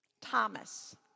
Thomas